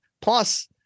plus